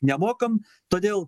nemokam todėl